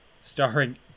Starring